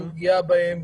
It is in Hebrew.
גם פגיעה בהן,